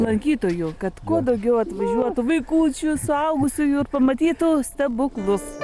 lankytojų kad kuo daugiau atvažiuotų vaikučių suaugusiųjų ir pamatytų stebuklus